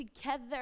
together